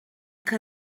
que